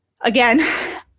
again